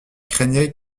craignait